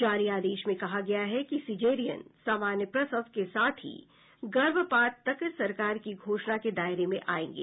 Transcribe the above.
जारी आदेश में कहा गया है कि सिजेरियन सामान्य प्रसव के साथ ही गर्भपात तक सरकार की घोषणा के दायरे में आयेंगे